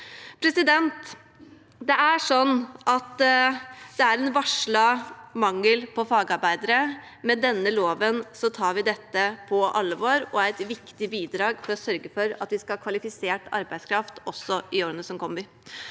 kommer. Det er en varslet mangel på fagarbeidere. Med denne loven tar vi dette på alvor. Det er et viktig bidrag for å sørge for at vi skal ha kvalifisert arbeidskraft også i årene som kommer.